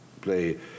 play